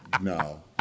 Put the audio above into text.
No